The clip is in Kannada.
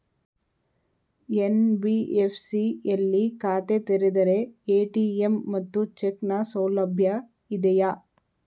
ಎನ್.ಬಿ.ಎಫ್.ಸಿ ಯಲ್ಲಿ ಖಾತೆ ತೆರೆದರೆ ಎ.ಟಿ.ಎಂ ಮತ್ತು ಚೆಕ್ ನ ಸೌಲಭ್ಯ ಇದೆಯಾ?